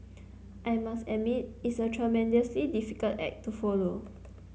I must admit it's a tremendously difficult act to follow